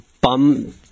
bum